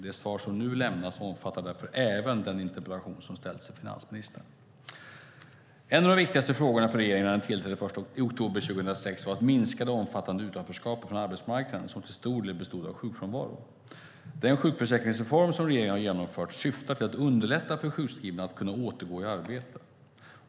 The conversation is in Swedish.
Det svar som nu lämnas omfattar därför även den interpellation som ställts till finansministern. En av de viktigaste frågorna för regeringen när den tillträdde i oktober 2006 var att minska det omfattande utanförskapet från arbetsmarknaden som till stor del bestod av sjukfrånvaro. Den sjukförsäkringsreform som regeringen har genomfört syftar till att underlätta för sjukskrivna att kunna återgå i arbete.